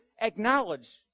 acknowledge